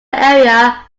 area